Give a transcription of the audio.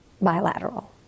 bilateral